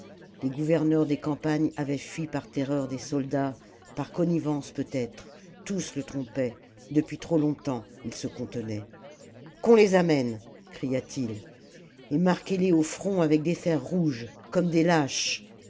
les gouverneurs des campagnes avaient fui par terreur des soldats par connivence peutêtre tous le trompaient depuis trop longtemps il se contenait qu'on les amène cria-t-il et marquez les au front avec des fers rouges comme des lâches